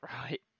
Right